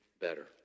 better